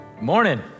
Morning